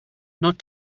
not